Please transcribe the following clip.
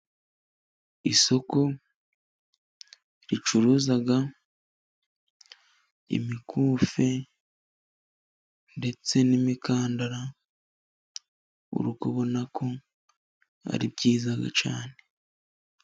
Isoko ricuruza imikufe ndetse n'imikandara, urikubona ko ari byiza cyane.